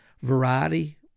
Variety